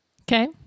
Okay